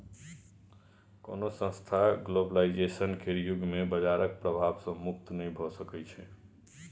कोनो संस्थान ग्लोबलाइजेशन केर युग मे बजारक प्रभाव सँ मुक्त नहि भऽ सकै छै